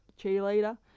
cheerleader